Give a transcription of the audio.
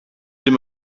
tim